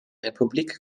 republik